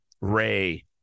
Ray